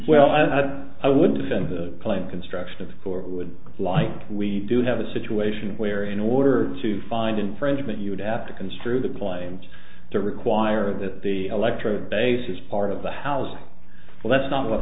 well i've i would defend the claim construction of who would like we do have a situation where in order to find infringement you would have to construe the claims to require that the electric bass is part of the house but that's not what